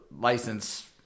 license